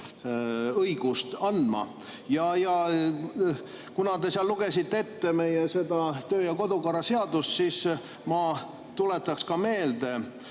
õigust andma. Ja kuna te lugesite ette meie töö- ja kodukorra seadust, siis ma tuletaksin meelde,